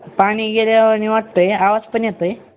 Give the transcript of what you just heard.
पाणी गेल्यावानी वाटत आहे आवाज पण येत आहे